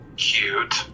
Cute